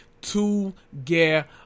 together